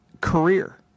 career